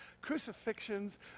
crucifixions